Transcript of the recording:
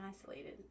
isolated